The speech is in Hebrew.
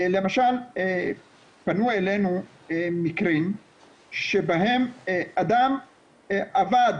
למשל פנו אלינו מקרים שבהם אדם עבד